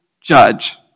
judge